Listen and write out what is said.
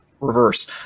reverse